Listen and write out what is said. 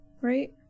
Right